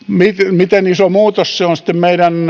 miten iso muutos se on sitten meidän